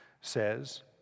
says